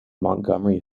montgomery